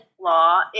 law